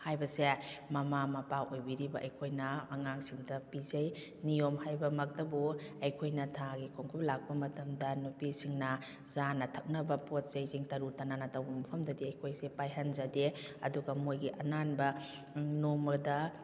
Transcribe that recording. ꯍꯥꯏꯕꯁꯦ ꯃꯃꯥ ꯃꯄꯥ ꯑꯣꯏꯕꯤꯔꯤꯕ ꯑꯩꯈꯣꯏꯅ ꯑꯉꯥꯡꯁꯤꯡꯗ ꯄꯤꯖꯩ ꯅꯤꯌꯣꯝ ꯍꯥꯏꯕꯃꯛꯇꯕꯨ ꯑꯩꯈꯣꯏꯅ ꯊꯥꯒꯤ ꯈꯣꯡꯀꯥꯞ ꯂꯥꯛꯄ ꯃꯇꯝꯗ ꯅꯨꯄꯤꯁꯤꯡꯅ ꯆꯥꯅ ꯊꯛꯅꯕ ꯄꯣꯠ ꯆꯩꯁꯤꯡ ꯇꯔꯨ ꯇꯅꯥꯟꯅ ꯇꯧꯕ ꯃꯐꯝꯗꯗꯤ ꯑꯩꯈꯣꯏꯁꯦ ꯄꯥꯏꯍꯟꯖꯗꯦ ꯑꯗꯨꯒ ꯃꯣꯏꯒꯤ ꯑꯅꯥꯟꯕ ꯅꯣꯡꯃꯗ